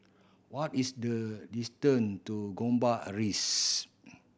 what is the distance to Gombak Rise